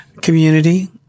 community